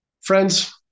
Friends